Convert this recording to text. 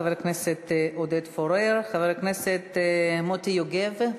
חבר הכנסת מוטי יוגב,